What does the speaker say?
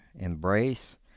embrace